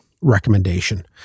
recommendation